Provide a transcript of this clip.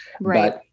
Right